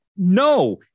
No